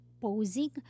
posing